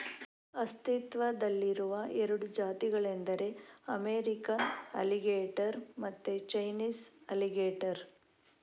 ಅಸ್ತಿತ್ವದಲ್ಲಿರುವ ಎರಡು ಜಾತಿಗಳೆಂದರೆ ಅಮೇರಿಕನ್ ಅಲಿಗೇಟರ್ ಮತ್ತೆ ಚೈನೀಸ್ ಅಲಿಗೇಟರ್